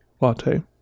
latte